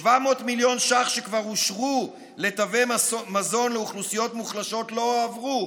700 מיליון ש"ח שכבר אושרו לתווי מזון לאוכלוסיות מוחלשות לא הועברו.